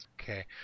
Okay